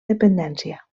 dependència